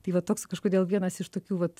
tai va toks kažkodėl vienas iš tokių vat